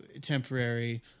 temporary